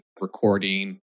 recording